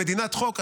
במדינת חוק,